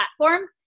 platform